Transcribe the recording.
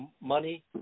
money